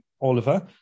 oliver